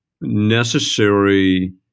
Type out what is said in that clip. necessary